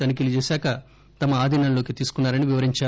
తనిఖీలు చేశాక తమ ఆధీనంలోకి తీసుకున్నా రని వివరించారు